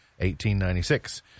1896